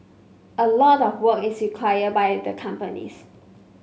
a lot of work is required by the companies